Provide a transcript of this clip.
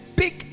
big